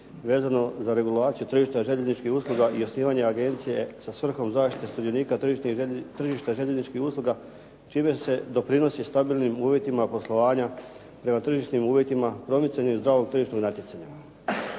vezano za regulaciju tržišta željezničkih usluga i osnivanje agencije sa svrhom zaštite sudionika tržišta željezničkih usluga čime se doprinosi stabilnim uvjetima poslovanja prema tržišnim uvjetima promicanja zdravog tržišnog natjecanja.